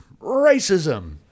Racism